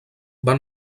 van